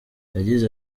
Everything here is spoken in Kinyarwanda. yagize